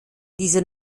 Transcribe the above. diese